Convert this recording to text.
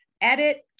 edit